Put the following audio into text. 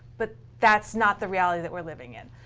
but that's not the reality that we're living in.